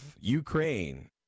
Ukraine